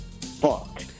Fuck